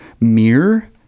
mirror